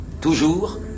toujours